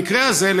במקרה הזה,